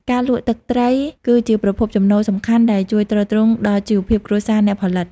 ការលក់ ទឹកត្រីគឺជាប្រភពចំណូលសំខាន់ដែលជួយទ្រទ្រង់ដល់ជីវភាពគ្រួសារអ្នកផលិត។